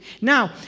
Now